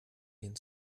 gehen